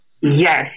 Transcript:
Yes